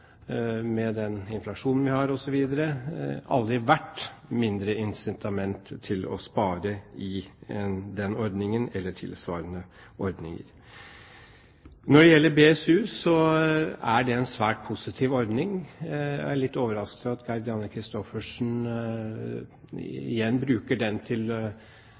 med den inflasjonen vi har osv., aldri vært mindre incitament til å spare i den ordningen eller tilsvarende ordninger. Når det gjelder BSU, er det en svært positiv ordning. Jeg er litt overrasket over at Gerd Janne Kristoffersen igjen